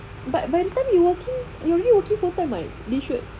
but by the time you working you already working full time [what] they should